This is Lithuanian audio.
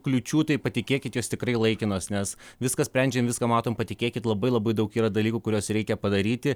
kliūčių tai patikėkit jos tikrai laikinos nes viską sprendžiam viską matom patikėkit labai labai daug yra dalykų kuriuos reikia padaryti